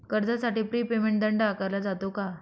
कर्जासाठी prepayment दंड आकारला जातो का?